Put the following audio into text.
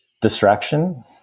distraction